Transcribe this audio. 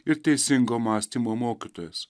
ir teisingo mąstymo mokytojas